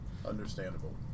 understandable